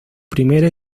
primera